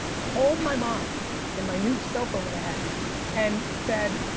called my mom in my new cell phone that i had and said,